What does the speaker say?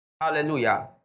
Hallelujah